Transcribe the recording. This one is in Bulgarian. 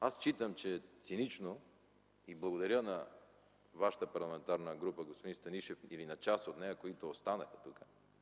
Аз считам, че е цинично и благодаря на вашата парламентарна група, господин Станишев, или на част от нея, които останаха тук,